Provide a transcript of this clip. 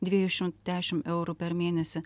dviejų šimtų dešim eurų per mėnesį